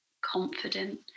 confident